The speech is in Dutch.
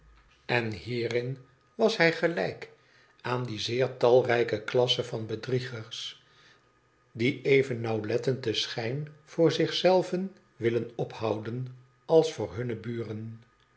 en hierin was hij gelijk aan die zeer talrijke klasse van bedriegers die even naawlettend den schijn voor zich zelven willen ophouden als voor hunne boren